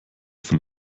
von